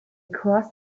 crossed